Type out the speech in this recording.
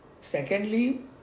Secondly